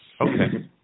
Okay